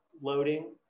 loading